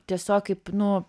tiesiog kaip nu